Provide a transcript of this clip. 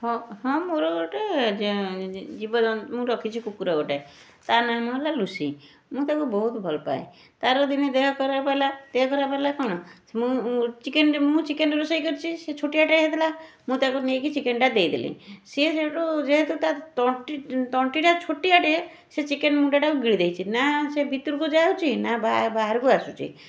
ହଁ ହଁ ମୋର ଗୋଟେ ଯେ ଜୀବଜନ୍ତୁ ମୁଁ ରଖିଛି କୁକୁର ଗୋଟେ ତା' ନାମ ହେଲା ଲୁସି ମୁଁ ତାକୁ ବହୁତ ଭଲପାଏ ତାର ଦିନେ ଦେହ ଖରାପ ହେଲା ଦେହ ଖରାପ ହେଲା କ'ଣ ମୁଁ ଚିକେନ୍ରେ ମୁଁ ଚିକେନ୍ରେ ରୋଷେଇ କରିଛି ସେ ଛୋଟିଆଟେ ହେଇଥିଲା ମୁଁ ତାକୁ ନେଇକି ଚିକେନ୍ଟା ଦେଇଦେଲି ସିଏ ସେଇଠୁ ଯେହେତୁ ତା' ତଣ୍ଟି ତଣ୍ଟିଟା ଛୋଟିଆଟେ ସେ ଚିକେନ୍ ମୁଣ୍ଡଟାକୁ ଗିଳି ଦେଇଛି ନା ସେ ଭିତରକୁ ଯାଉଛି ନା ବାହାରକୁ ଆସୁଛି